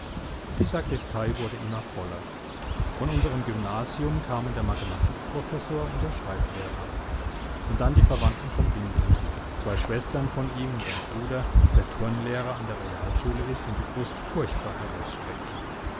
die sakristei wurde immer voller von unserem gymnasium kamen der mathematikprofessor und der schreiblehrer und dann die verwandten vom bindinger zwei schwestern von ihm und ein bruder der turnlehrer an der realschule ist und die brust furchtbar